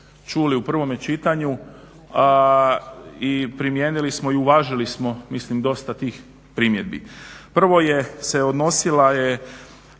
čuli u prvome čitanju, a i primijenili smo i uvažili smo, mislim dosta tih primjedbi. Prvo je se odnosila